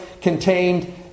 contained